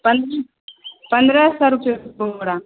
पन्द्रह सए रुपए बोरा